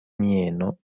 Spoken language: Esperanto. mieno